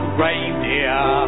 reindeer